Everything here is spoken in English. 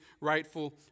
rightful